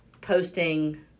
posting